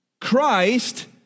Christ